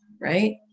right